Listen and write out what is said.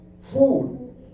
food